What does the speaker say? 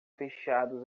fechados